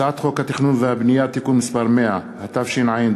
הצעת חוק התכנון והבנייה (תיקון מס' 100), התשע"ד